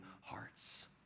hearts